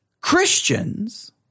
Christians